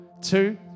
Two